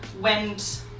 went